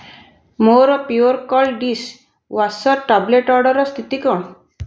ମୋର pure cold dish washer tablet ଅର୍ଡ଼ର୍ର ସ୍ଥିତି କ'ଣ